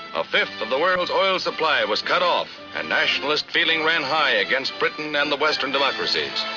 a fifth of the world's oil supply was cut off, and nationalist feeling ran high against britain and the western democracies.